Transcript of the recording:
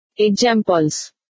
Examples